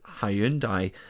Hyundai